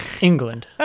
England